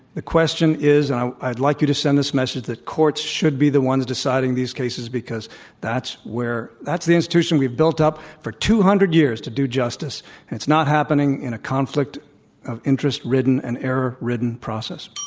the question is i'd like you to send this message that courts should be the ones deciding these cases because that's where that's the institution we've built up for two hundred years to do justice and it's not happening in a conflict of interest ridden and error ridden process.